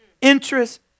interest